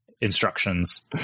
instructions